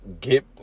get